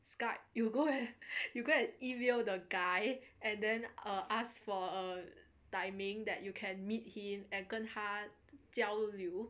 Skype you go and email the guy and then asked for a timing that you can meet him and 跟他交流